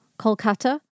Kolkata